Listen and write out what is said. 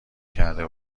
کرده